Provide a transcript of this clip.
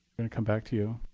gonna come back to you.